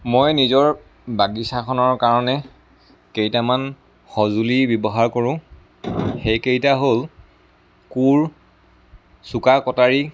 মই নিজৰ বাগিচাখনৰ কাৰণে কেইটামান সঁজুলি ব্যৱহাৰ কৰোঁ সেইকেইটা হ'ল কোৰ চোকা কটাৰী